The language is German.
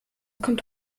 kommt